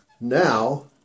Now